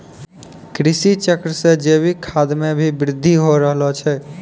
कृषि चक्र से जैविक खाद मे भी बृद्धि हो रहलो छै